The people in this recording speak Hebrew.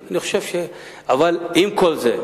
אבל עם כל זה,